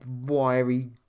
wiry